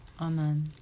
Amen